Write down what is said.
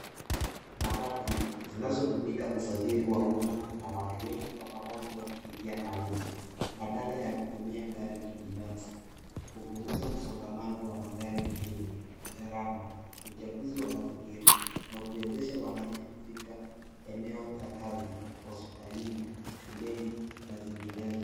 Matatu, zinazotumika usafiri wa umma na watu wengi kwa pamoja wakilipia nauli, baadala ya kutumia gari kibinafsi. Hupunguza msongamano wa magari mjini, gharama, uchafuzi wa mazingira na kuwezesha wananchi kufika eneo za kazi, hospitalini, shuleni na zinginezo.